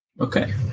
Okay